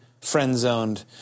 friend-zoned